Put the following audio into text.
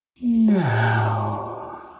now